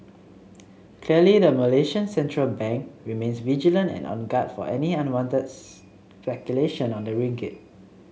clearly the Malaysian central bank remains vigilant and on guard for any unwanted speculation on the ringgit